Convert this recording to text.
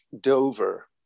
Dover